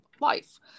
life